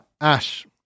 Ash